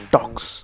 Talks